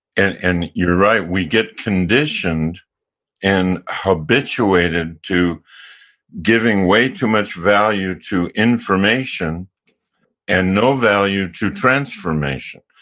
and and you're right. we get conditioned and habituated to giving way too much value to information and no value to transformation,